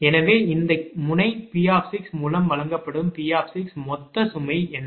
எனவே இந்த முனை P மூலம் வழங்கப்படும் P மொத்த சுமை என்ன